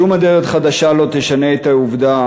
שום אדרת חדשה לא תשנה את העובדה